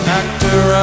actor